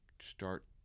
start